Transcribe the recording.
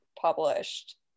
published